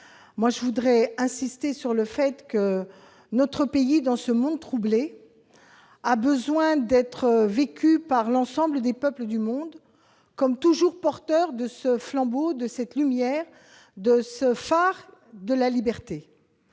Je voudrais insister sur le fait que notre pays, dans ce monde troublé, a besoin d'être vu par l'ensemble des peuples du monde, comme toujours porteur du flambeau de cette lumière. Il est doit être le phare de la liberté.